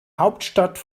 hauptstadt